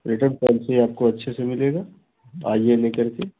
return policy आपको अच्छे से मिलेगी आइए ले कर के